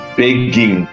begging